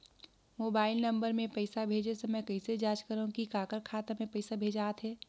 Mobile number मे पइसा भेजे समय कइसे जांच करव की काकर खाता मे पइसा भेजात हे?